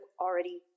already